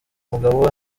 mugabo